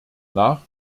nach